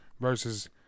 versus –